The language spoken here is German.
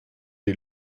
die